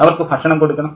അവർക്ക് ഭക്ഷണം കൊടുക്കണം